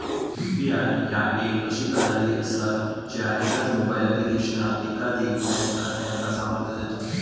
UPI ह्या एक अशी प्रणाली असा ज्या एकाच मोबाईल ऍप्लिकेशनात एकाधिक बँक खात्यांका सामर्थ्य देता